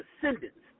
descendants